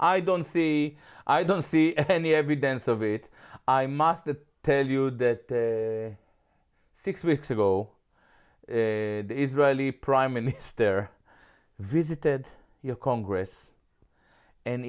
i don't see i don't see any evidence of it i must tell you that six weeks ago the israeli prime minister visited your congress and